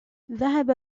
ذهب